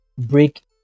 break